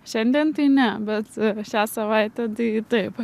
šiandien tai ne bet šią savaitę tai taip